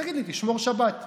תגיד לי: תשמור שבת.